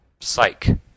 psych